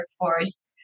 workforce